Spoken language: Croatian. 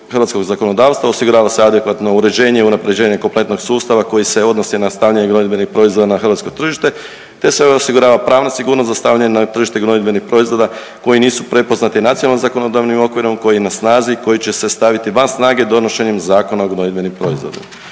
hrvatskog zakonodavstva, osigurava se adekvatno uređenje i unapređenje kompletnog sustava koji se odnosi na stanje gnojidbenih proizvoda na hrvatsko tržište te se osigurava pravna sigurnost za stavljanje na tržište gnojidbenih proizvoda koji nisu prepoznati nacionalnim zakonodavnim okvirom koji je na snazi i koji će se staviti van snage donošenjem Zakona o gnojidbenim proizvodima.